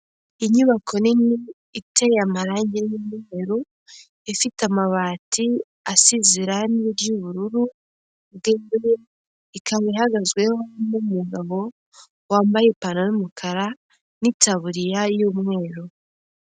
Inyubako nini iteye amaranki y'umweru, ifite amabati asize irangi ry'ubururu. Ikaba ihagatsweho n'umugabo wambaye ipantaro y'umukara n'itaburiya y'umweru.